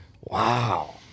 Wow